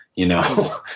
you know.